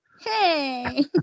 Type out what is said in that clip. Hey